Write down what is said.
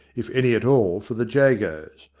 if any at all, for the jagos.